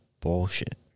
bullshit